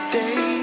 day